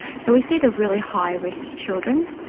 so we see the really high risk children.